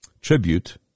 tribute